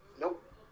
nope